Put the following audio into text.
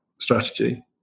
strategy